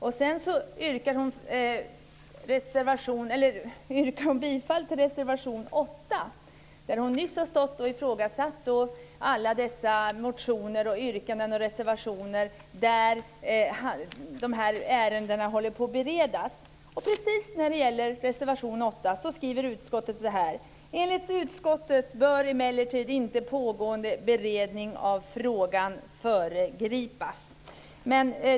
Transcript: Vidare yrkar hon bifall till reservation 8, trots att hon nyss har stått och ifrågasatt alla dessa motioner, yrkanden och reservationer som gäller de ärenden som håller på att beredas. Om reservation 8 skriver utskottet: "Enligt utskottet bör emellertid inte pågående beredning av frågan föregripas."